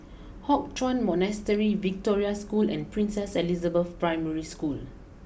Hock Chuan Monastery Victoria School and Princess Elizabeth Primary School